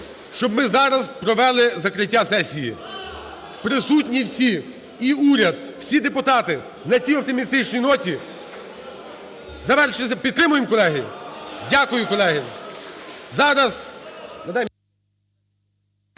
щоб ми зараз провели закриття сесії. Присутні всі, і уряд, всі депутати, на цій оптимістичній ноті, завершимо? Підтримаємо, колеги? Дякую, колеги.